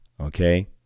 okay